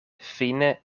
fine